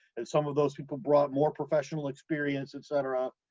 and some of those people brought more professional experience, etc,